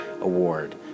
Award